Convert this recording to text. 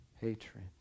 hatred